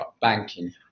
Banking